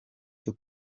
cyo